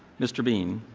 mr. bean.